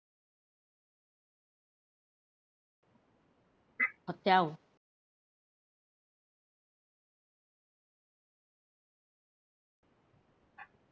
hotel